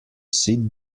sit